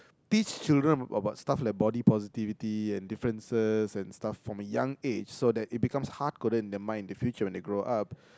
teach children about stuff like body positivity and differences and stuff from young age so that it becomes hard coded in their minds in the future when they grow up